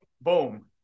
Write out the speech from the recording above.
Boom